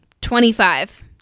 Twenty-five